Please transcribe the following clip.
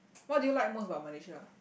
what do you like most about Malaysia